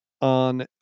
on